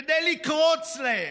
כדי לקרוץ להם,